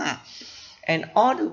and all the